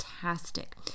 fantastic